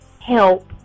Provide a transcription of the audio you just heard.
help